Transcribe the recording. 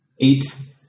Eight